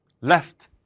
left